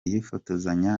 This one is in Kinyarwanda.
yifotozanya